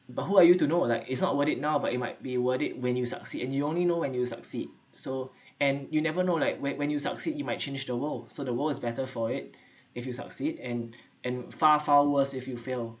but who are you to know like it's not worth it now but it might be worth it when you succeed and you only know when you succeed so and you never know like when when you succeed it might change the world so the world is better for it if you succeed and and far far worse if you fail